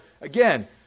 again